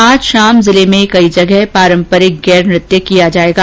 आज शाम जिले में कई स्थानों पर पारम्परिक गैर नृत्य किया जाएगा